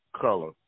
color